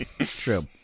True